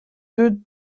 deuet